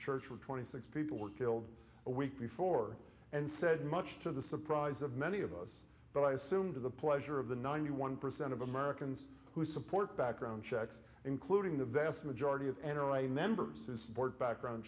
church with twenty six people were killed a week before and said much to the surprise of many of us but i assume to the pleasure of the ninety one percent of americans who support background checks including the vast majority of